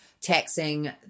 taxing